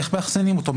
איך מאחסנים אותו,